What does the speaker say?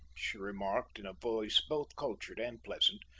she remarked, in a voice both cultured and pleasant.